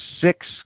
six